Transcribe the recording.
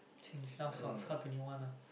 change now so~ now twenty one ah